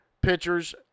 pitchers